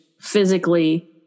physically